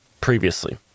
previously